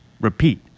repeat